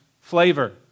flavor